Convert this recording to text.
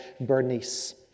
Bernice